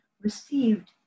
received